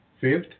fifth